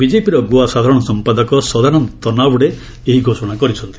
ବିକେପିର ଗୋଆ ସାଧାରଣ ସମ୍ପାଦକ ସଦାନନ୍ଦ ତତ୍ନାବଡ଼େ ଏହା ଘୋଷଣା କରିଛନ୍ତି